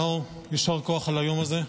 נאור, יישר כוח על היום הזה.